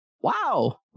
wow